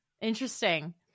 Interesting